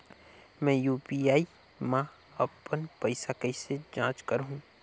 मैं यू.पी.आई मा अपन पइसा कइसे जांच करहु?